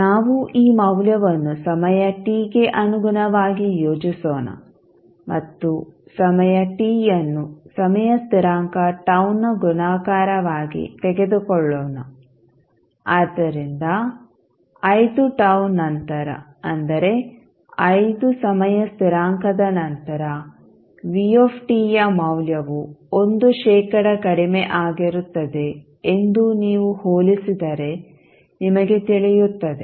ನಾವು ಈ ಮೌಲ್ಯವನ್ನು ಸಮಯ t ಗೆ ಅನುಗುಣವಾಗಿ ಯೋಜಿಸೋಣ ಮತ್ತು ಸಮಯ ಟಿಯನ್ನು ಸಮಯ ಸ್ಥಿರಾಂಕ τ ನ ಗುಣಾಕಾರವಾಗಿ ತೆಗೆದುಕೊಳ್ಳೋಣ ಆದ್ದರಿಂದ 5 τ ನಂತರ ಅಂದರೆ 5 ಸಮಯ ಸ್ಥಿರಾಂಕದ ನಂತರ vಯ ಮೌಲ್ಯವು 1 ಶೇಕಡಾ ಕಡಿಮೆ ಆಗಿರುತ್ತದೆ ಎಂದು ನೀವು ಹೋಲಿಸಿದರೆ ನಿಮಗೆ ತಿಳಿಯುತ್ತದೆ